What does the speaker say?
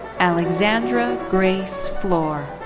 alexandra grace flohr.